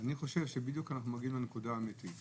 אני חושב שאנחנו בדיוק מגיעים לנקודה האמיתית.